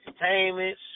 entertainment